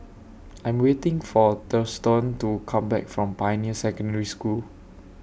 I Am waiting For Thurston to Come Back from Pioneer Secondary School